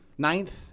Ninth